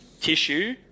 tissue –